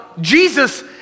Jesus